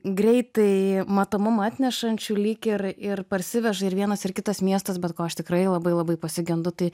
greitai matomumą atnešančių lyg ir ir parsiveža ir vienas ir kitas miestas bet ko aš tikrai labai labai pasigendu tai